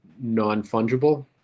non-fungible